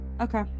Okay